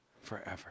forever